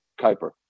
Kuyper